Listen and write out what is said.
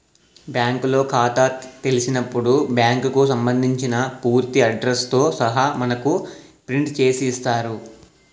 బ్యాంకులో ఖాతా తెలిసినప్పుడు బ్యాంకుకు సంబంధించిన పూర్తి అడ్రస్ తో సహా మనకు ప్రింట్ చేసి ఇస్తారు